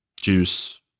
juice